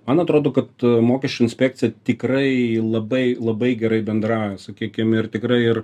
man atrodo kad mokesčių inspekcija tikrai labai labai gerai bendrauja sakykim ir tikrai ir